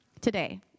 today